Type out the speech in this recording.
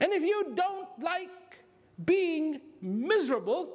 and if you don't like being miserable